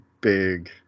big